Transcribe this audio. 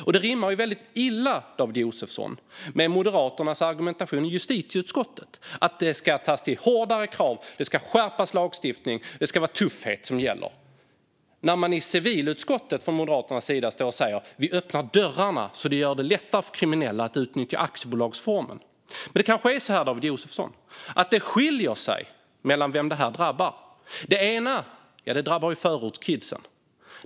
Det här rimmar väldigt illa, David Josefsson, med Moderaternas argumentation i justitieutskottet om att man ska ta till hårdare krav och skärpa lagstiftningen. Det ska vara tuffhet som gäller. I civilutskottet säger ju Moderaterna att vi ska öppna dörrarna så att det blir lättare för kriminella att utnyttja aktiebolagsformen. Det kanske är så, David Josefsson, att det skiljer sig åt beroende på vem som drabbas. Det ena drabbar förortskidsen.